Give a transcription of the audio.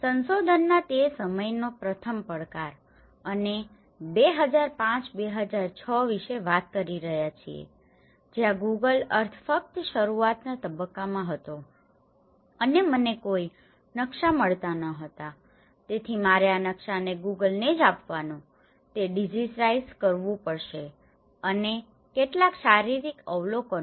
સંશોધનના તે સમયનો પ્રથમ પડકાર અમે 2005 2006 વિશે વાત કરી રહ્યા છીએ જ્યાં ગૂગલ અર્થ ફક્ત શરૂઆતના તબક્કામાં હતો અને મને કોઈ નકશા મળતા ન હતા તેથી મારે આ નકશાને ગુગલ ને જ આપવાનું છે તે ડિજિટાઇઝ કરવું પડશે અને કેટલાક શારીરિક અવલોકનો